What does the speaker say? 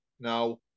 Now